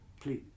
Please